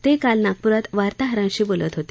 ते काल नागपुरात वार्ताहरांशी बोलत होते